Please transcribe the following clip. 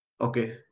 Okay